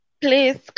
Please